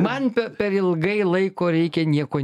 man per ilgai laiko reikia nieko